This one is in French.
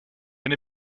n’ai